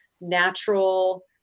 natural